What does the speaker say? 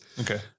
Okay